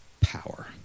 power